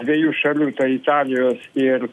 dviejų šalių tai italijos ir